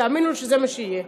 תאמינו לי שזה מה יהיה.